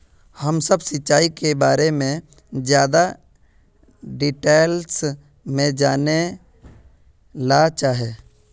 हम सब सिंचाई के बारे में ज्यादा डिटेल्स में जाने ला चाहे?